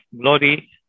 glory